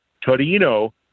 Torino